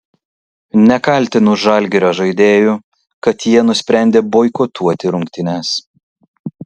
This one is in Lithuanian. nekaltinu žalgirio žaidėjų kad jie nusprendė boikotuoti rungtynes